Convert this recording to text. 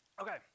Okay